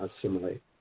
assimilate